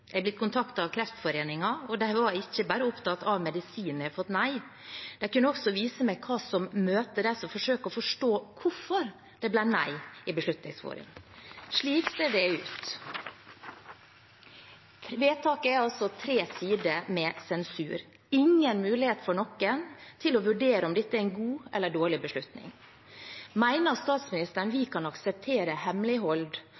Jeg er blitt kontaktet av Kreftforeningen, og de var ikke bare opptatt av at medisinen har fått nei, de kunne også vise meg hva som møter dem som forsøker å forstå hvorfor det ble nei i Beslutningsforum: Slik ser det ut. Vedtaket er altså tre side med sensur. Det er ingen mulighet for noen til å vurdere om dette er en god eller dårlig beslutning. Mener statsministeren